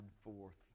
forth